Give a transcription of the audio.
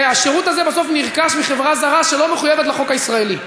והשירות הזה בסוף נרכש מחברה זרה שלא מחויבת לחוק הישראלי,